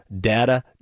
Data